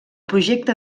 projecte